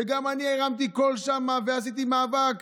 וגם אני הרמתי קול שם ועשיתי מאבק,